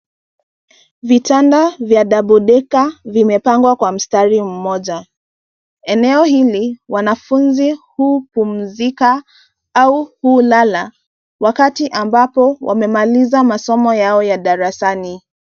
Vitanda vya double decker , vimepangwa kwa mstari mmoja. Eneo hili, wanafunzi hupumzika, au hulala wakati ambapo wamemaliza masomo yao ya darasani.